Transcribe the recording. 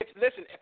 Listen